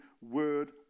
Word